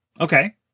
Okay